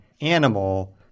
animal